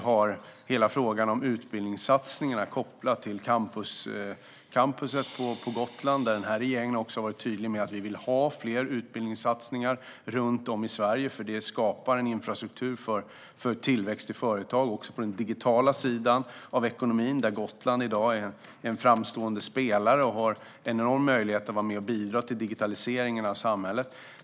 Hela frågan om utbildningssatsningarna är kopplad till campusområdet på Gotland. Regeringen har varit tydlig med att vi vill ha fler utbildningssatsningar runt om i Sverige eftersom de skapar en infrastruktur för tillväxt i företag också på den digitala sidan av ekonomin. Gotland i dag är en framstående spelare och har en enorm möjlighet att vara med och bidra till digitaliseringen av samhället.